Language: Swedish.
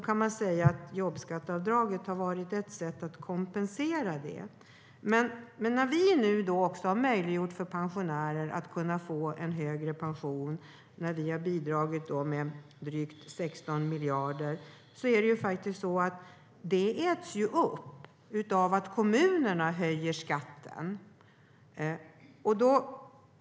Man kan säga att jobbskatteavdraget har varit ett sätt att kompensera det. När vi nu har möjliggjort för pensionärer att få en högre pension genom att vi har bidragit med drygt 16 miljarder äts detta upp av att kommunerna höjer skatten.